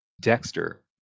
Dexter